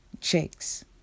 checks